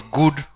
good